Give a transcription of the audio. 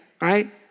right